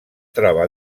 troba